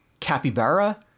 capybara